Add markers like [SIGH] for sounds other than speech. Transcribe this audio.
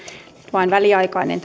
vain väliaikainen [UNINTELLIGIBLE]